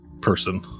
person